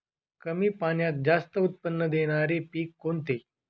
कमी पाण्यात जास्त उत्त्पन्न देणारे पीक कोणते?